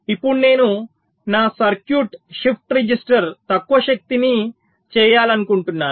ఇప్పుడు నేను నా సర్క్యూట్ షిఫ్ట్ రిజిస్టర్ తక్కువ శక్తి ని చేయాలనుకుంటున్నాను